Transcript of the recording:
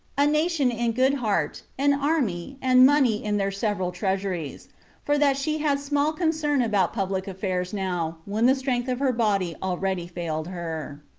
a nation in good heart, an army, and money in their several treasuries for that she had small concern about public affairs now, when the strength of her body already failed her.